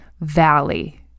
valley